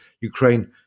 Ukraine